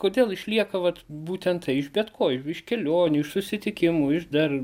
kodėl išlieka vat būtent tai iš bet ko iš kelionių iš susitikimų iš dar